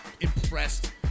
impressed